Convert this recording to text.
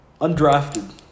Undrafted